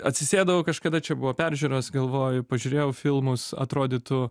atsisėdau kažkada čia buvo peržiūros galvoju pažiūrėjau filmus atrodytų